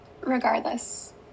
regardless